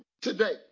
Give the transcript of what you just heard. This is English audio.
today